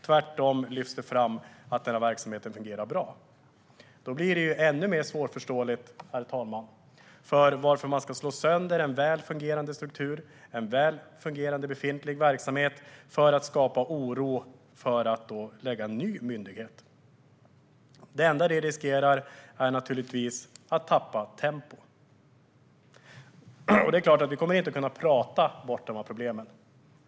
Tvärtom lyfts det fram att verksamheten fungerar bra. Då blir det ännu mer svårförståeligt, herr talman, varför man ska slå sönder en väl fungerande struktur och en väl fungerande befintlig verksamhet för att skapa oro genom att bilda en ny myndighet. Det man riskerar är naturligtvis att tappa tempo. Det är klart att vi inte kommer att kunna prata bort dessa problem.